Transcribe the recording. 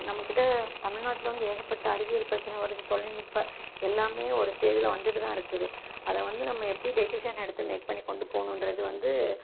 நம்மக்கிட்ட தமிழ்நாட்டுல வந்து ஏகப்பட்ட அறிவியல் பிரச்சினை வருது தொழில்நுட்ப எல்லாமே ஒரு ஸ்டேஜில வந்துட்டுதான் இருக்குது அதைவந்து நம்ம எப்படி டெசிஷன் எடுத்து மேக் பண்ணி கொண்டு போகணுன்றது வந்து